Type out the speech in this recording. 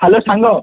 hello ସାଙ୍ଗ